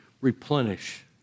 replenish